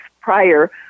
prior